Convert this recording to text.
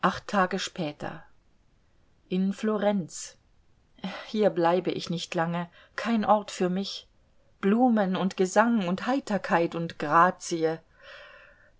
acht tage später in florenz hier bleibe ich nicht lange kein ort für mich blumen und gesang und heiterkeit und grazie